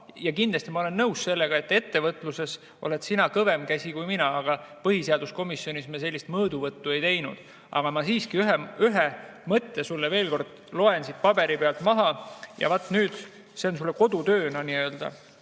Kindlasti ma olen nõus sellega, et ettevõtluses oled sina kõvem käsi kui mina, aga põhiseaduskomisjonis me sellist mõõduvõttu ei teinud. Ma siiski ühe mõtte sulle veel kord loen siit paberi pealt maha ja see on sulle nii-öelda